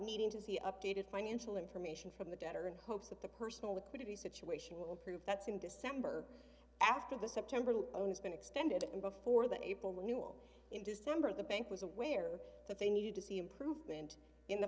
needing to see updated financial information from the debtor in hopes that the person with the situation will prove that's in december after the september owners been extended and before the april new will in december the bank was aware that they needed to see improvement in the